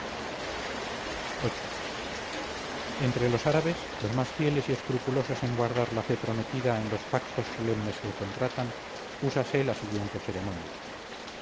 viii entre los árabes los más fieles y escrupulosos en guardar la fe prometida en los pactos solemnes que contratan úsase la siguiente ceremonia